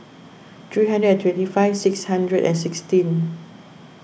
three hundred and twenty five six hundred and sixteen